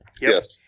Yes